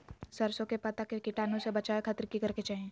सरसों के पत्ता के कीटाणु से बचावे खातिर की करे के चाही?